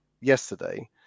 yesterday